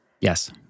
Yes